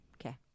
okay